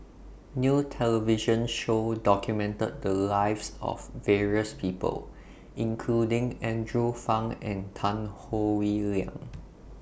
New television Show documented The Lives of various People including Andrew Phang and Tan Howe Liang